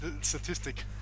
statistic